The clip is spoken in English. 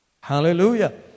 Hallelujah